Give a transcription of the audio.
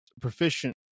proficient